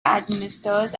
administers